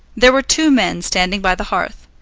there were two men standing by the hearth.